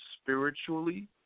spiritually